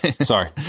Sorry